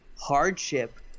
hardship